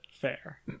fair